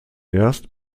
erst